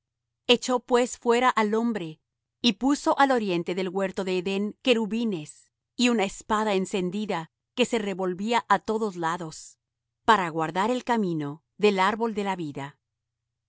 echó pues fuera al hombre y puso al oriente del huerto de edén querubines y una espada encendida que se revolvía á todos lados para guardar el camino del árbol de la vida y